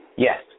Yes